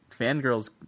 fangirls